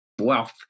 wealth